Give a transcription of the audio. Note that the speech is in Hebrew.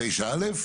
את 9(א)?